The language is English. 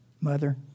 mother